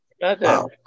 Wow